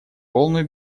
полную